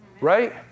Right